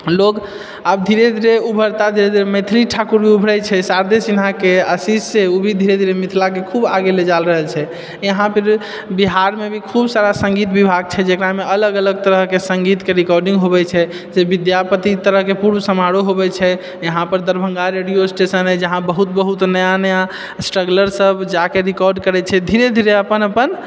लोग आब धीरे धीरे उभरता धीरे धीरे मैथिली ठाकुर उभरै छै शारदे सिन्हाके आशीषसँ ओ भी धीरे धीरे मिथिलाके खूब आगे ले जा रहल छै इहाँ पर बिहारमे भी खूब सारा सङ्गीत विभाग छै जकरामे अलग अलग तरहकेँ सङ्गीतके रिकार्डिंग होबैत छै से विद्यापति तरहकेँ पूर्व समारोह अबैत छै इहाँपर दरभङ्गा रेडियो स्टेशन यऽ जहाँ बहुत बहुत नया नया स्ट्रगलर सभ जाके रिकार्ड करैत छै धीरे धीरे अपन अपन